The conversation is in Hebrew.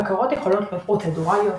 הבקרות יכולות להיות פרוצדורליות,